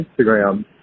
instagram